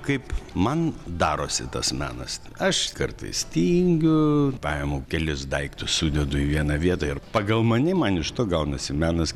kaip man darosi tas menas aš kartais tingiu paimu kelis daiktus sudedu į vieną vietą ir pagal mane man iš to gaunasi menas